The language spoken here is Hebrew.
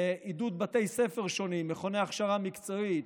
עידוד בתי ספר שונים, מכוני הכשרה מקצועית,